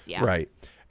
Right